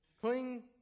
Cling